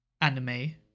anime